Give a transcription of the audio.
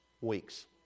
weeks